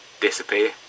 disappear